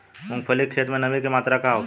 मूँगफली के खेत में नमी के मात्रा का होखे?